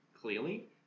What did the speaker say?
clearly